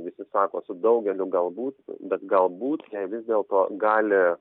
visi sako su daugeliu galbūt bet galbūt jai vis dėlto gali